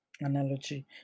analogy